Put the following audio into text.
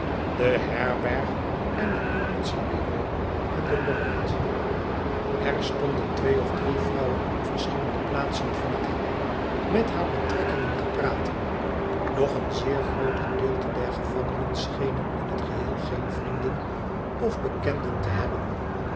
de herberg en het politiebureau en de lommerd er stonden twee of drie vrouwen op verschillende plaatsen van het hek met haar betrekkingen te praten doch een zeer groot gedeelte der gevangenen schenen in het geheel geen vrienden of bekenden te hebben